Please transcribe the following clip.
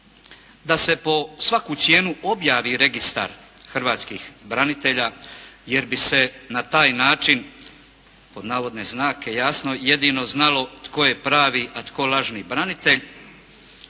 da se po svaku cijenu objavi registar hrvatskih branitelja jer bi se na taj način pod navodne znake jasno, jedino znalo tko je pravi a tko lažni branitelj.